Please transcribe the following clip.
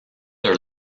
are